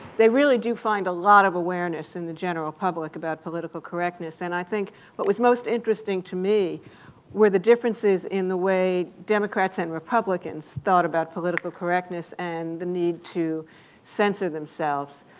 they really do find a lot of awareness in the general public about political correctness, and i think what was most interesting to me were the differences in the way democrats and republicans thought about political correctness and the need to censor themselves.